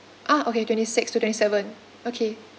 ah okay twenty six to twenty seven okay